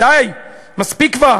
די, מספיק כבר.